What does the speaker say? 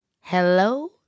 Hello